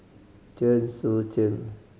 Chen Sucheng